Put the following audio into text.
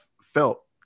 felt